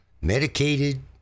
medicated